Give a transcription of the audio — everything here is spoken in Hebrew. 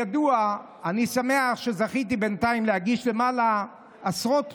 אני שמח שזכיתי בינתיים להגיש עשרות